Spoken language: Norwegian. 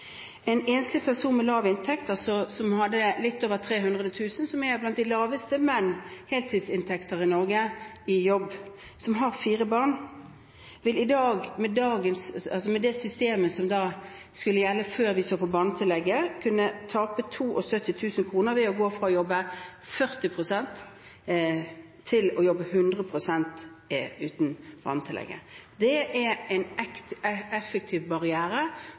En enslig person i jobb med lav inntekt – litt over 300 000 kr, som er blant de laveste heltidsinntekter i Norge – og som har fire barn, ville med det systemet som skulle gjelde før vi så på barnetillegget, kunne tape 72 000 kr ved å gå fra å jobbe 40 pst. til å jobbe 100 pst. Dette er en effektiv barriere